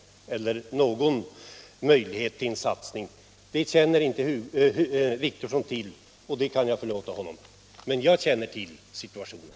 Detta känner herr Wictorsson inte till, och det kan jag förlåta honom, men jag känner till situationen.